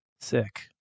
Sick